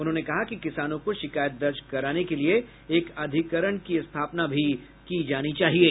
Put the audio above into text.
उन्होंने कहा कि किसानों को शिकायत दर्ज कराने के लिए एक अधिकरण की स्थापना की जानी चाहिये